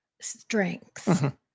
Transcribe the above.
strengths